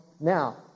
Now